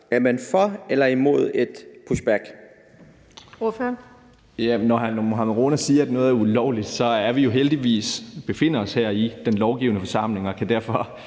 klart, for eller imod et pushback?